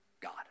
God